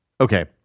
Okay